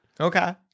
Okay